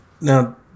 now